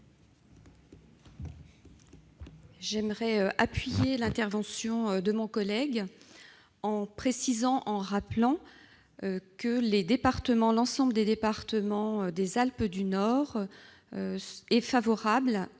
J'aimerais appuyer l'intervention de mon collègue, en rappelant que l'ensemble des départements des Alpes du Nord est favorable